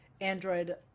android